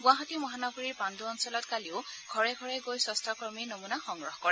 গুৱাহাটী মহানগৰীৰ পাণু অঞ্চলত কালিও ঘৰে ঘৰে গৈ স্বাস্থকৰ্মীয়ে নমুনা সংগ্ৰহ কৰে